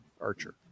Archer